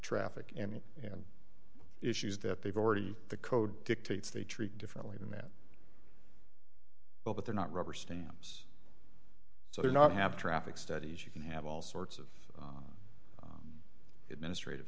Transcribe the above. traffic and and issues that they've already the code dictates they treat differently than that well but they're not rubber stamps so they're not have traffic studies you can have all sorts of it ministr